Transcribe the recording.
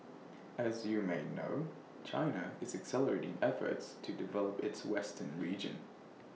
as you may know China is accelerating efforts to develop its western region